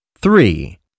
three